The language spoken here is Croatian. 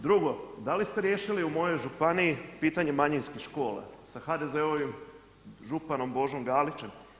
Drugo, da li ste riješili u mojoj županiji pitanje manjinskih škola sa HDZ-ovim županom Božom Galićem?